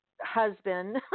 husband